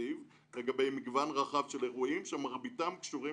התקציב לגבי מגוון רחב של אירועים שמרביתם קשורים